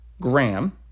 gram